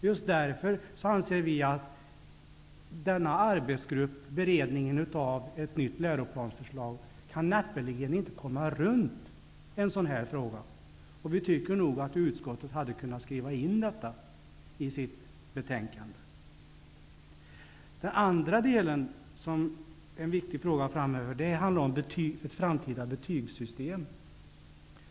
Just därför anser vi att beredningen av ett nytt läroplansförslag näppeligen kan komma runt en sådan fråga, och vi tycker nog att utskottet borde ha kunnat skriva in detta i sitt betänkande. Den andra frågan som är viktig framöver är betygssystemet.